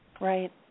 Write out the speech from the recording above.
Right